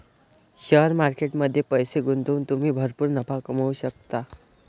share market मध्ये पैसे गुंतवून तुम्ही भरपूर नफा कमवू शकता